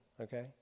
okay